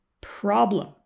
problem